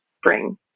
spring